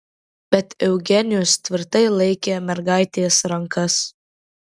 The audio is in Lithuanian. bet eugenijus tvirtai laikė mergaitės rankas